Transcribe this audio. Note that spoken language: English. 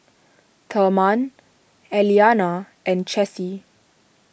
therman Elianna and Chessie